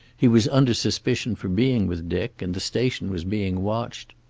he was under suspicion for being with dick, and the station was being watched.